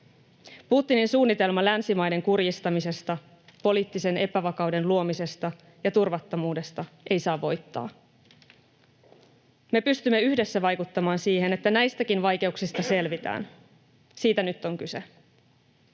Putinin suunnitelma länsimaiden kurjistamisesta, poliittisen epävakauden luomisesta ja turvattomuudesta ei saa voittaa. Me pystymme yhdessä vaikuttamaan siihen, että näistäkin vaikeuksista selvitään. Siitä nyt on kyse.